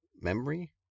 memory